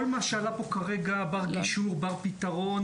כל מה שעלה פה כרגע בר-גישור, בר פתרון.